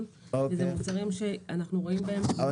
ואלה מוצרים שאנחנו רואים בהם --- בסדר.